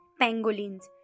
pangolins